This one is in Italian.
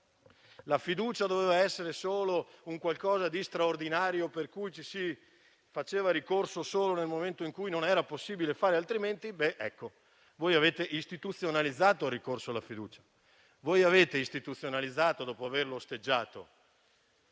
Governo e doveva essere solo una misura straordinaria, cui si faceva ricorso solo nel momento in cui non era possibile fare altrimenti, voi avete istituzionalizzato il ricorso alla fiducia. Avete istituzionalizzato, dopo averlo osteggiato,